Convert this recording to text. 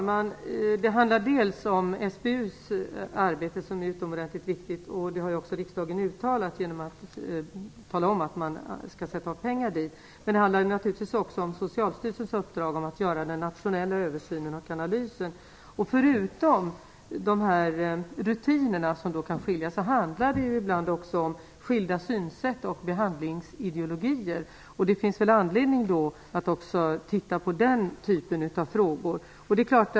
Fru talman! SBU:s arbete är utomordentligt viktigt. Det har också riksdagen uttalat genom att sätta av pengar. Men det hela handlar också om Socialstyrelsens uppdrag att göra den nationella översynen och analysen. Förutom de rutiner som kan variera, handlar det ibland också om skilda synsätt och behandlingsideologier. Det finns väl anledning att också titta på den typen av frågor.